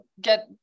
get